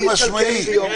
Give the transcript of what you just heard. חד-משמעית.